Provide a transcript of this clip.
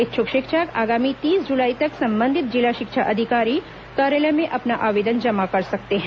इच्छुक शिक्षक आगामी तीस जुलाई तक संबंधित जिला शिक्षा अधिकारी कार्यालय में अपना आवेदन जमा कर सकते हैं